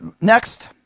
Next